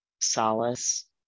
solace